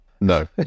No